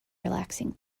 relaxing